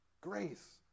Grace